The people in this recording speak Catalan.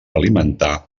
alimentar